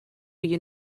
you